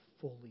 fully